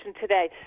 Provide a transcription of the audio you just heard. today